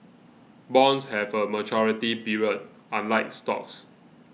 bonds have a maturity period unlike stocks